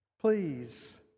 please